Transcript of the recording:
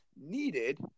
needed